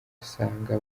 usanga